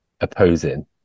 opposing